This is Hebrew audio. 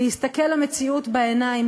להסתכל למציאות בעיניים,